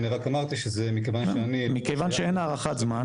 אני רק אמרתי שמכיוון שאני --- מכיוון שאין הערכת זמן,